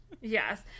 Yes